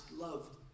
loved